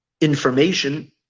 information